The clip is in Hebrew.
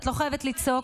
את לא חייבת לצעוק.